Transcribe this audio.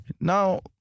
Now